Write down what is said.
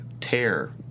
tear